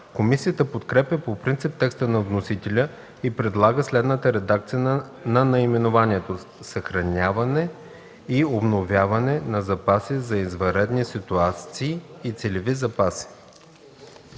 Комисията подкрепя по принцип текста на вносителя и предлага следната редакция на наименованието: „Съхраняване и обновяване на запаси за извънредни ситуации и целеви запаси”.